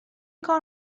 کار